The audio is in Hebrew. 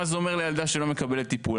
מה זה אומר לילדה שלא מקבלת טיפול?